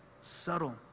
subtle